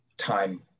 Time